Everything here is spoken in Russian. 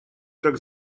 как